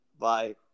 Bye